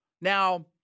Now